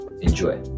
Enjoy